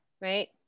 Right